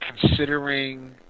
considering